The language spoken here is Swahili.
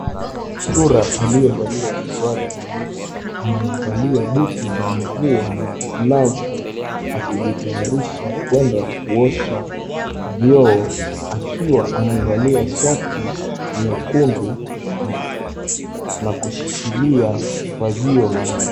Chura aliyevalia suruali nyeusi, amevalia buti za mvua na glavu, akijitayarisha kwenda kuosha vyoo akiwa amevalia shati nyekundu na kushikilia fagio la maji.